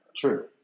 True